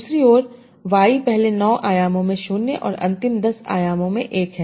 दूसरी ओर Y पहले 9 आयामों में 0 और अंतिम 10 आयामों में 1 है